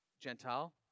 Gentile